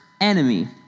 enemy